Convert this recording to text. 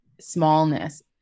smallness